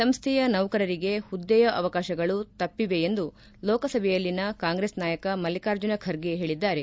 ಸಂಸ್ಥೆಯ ನೌಕರರಿಗೆ ಹುದ್ದೆಯ ಅವಕಾಶಗಳು ತಪ್ಪಿವೆ ಎಂದು ಲೋಕಸಭೆಯಲ್ಲಿನ ಕಾಂಗ್ರೆಸ್ ನಾಯಕ ಮಲ್ಲಿಕಾರ್ಜುನ ಖರ್ಗೆ ಹೇಳಿದ್ದಾರೆ